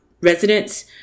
residents